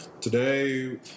Today